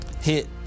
Hit